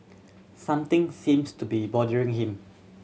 something seems to be bothering him